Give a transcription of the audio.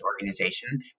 organization